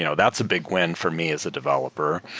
you know that's a big win for me as a developer.